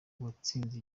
watsinze